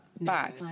back